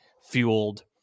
fueled